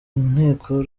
inteko